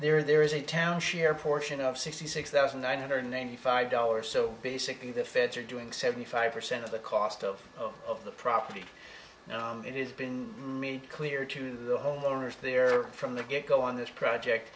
there there is a town share portion of sixty six thousand nine hundred ninety five dollars so basically the feds are doing seventy five percent of the cost of the property now it is been made clear to the homeowners there from the get go on this project